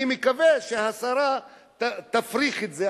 אני מקווה שהשרה תפריך את זה,